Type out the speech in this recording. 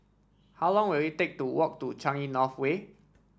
how long will it take to walk to Changi North Way